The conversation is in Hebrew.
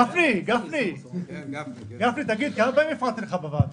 גפני, גפני, תגיד, כמה פעמים הפרעתי לך בוועדה?